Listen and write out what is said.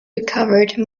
recovered